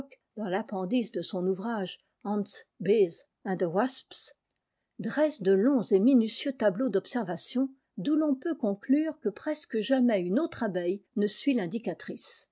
dans l'appendice de son ouvrage ants bées and wasps dresse de longs et minutieux tableaux d'observations d'où l'on peut conclure que presque jamais une autre abeille ne suit l'indicatrice